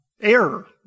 error